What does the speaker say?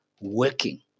working